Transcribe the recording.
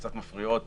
קצת מפריעות